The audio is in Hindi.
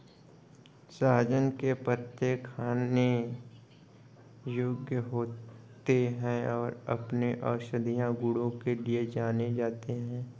सहजन के पत्ते खाने योग्य होते हैं और अपने औषधीय गुणों के लिए जाने जाते हैं